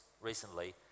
recently